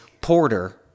Porter